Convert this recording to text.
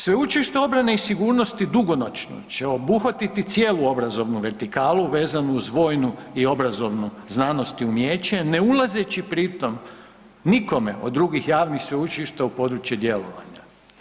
Sveučilište obrane i sigurnosti dugoročno će obuhvatiti cijelu obrazovnu vertikalu vezanu uz vojnu i obrazovnu znanost i umijeće, ne ulazeći pritom nikome od drugih javnih sveučilišta u područje djelovanja.